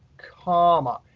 comma.